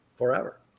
Forever